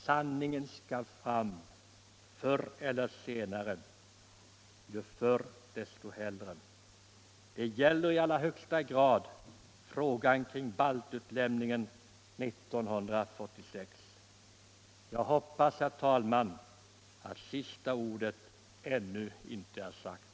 Sanningen skall fram förr eller senare, ju förr desto hellre. Det gäller i allra högsta grad baltutlämningen 1946. Jag hoppas, herr talman, att sista ordet ännu inte är sagt.